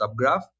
subgraph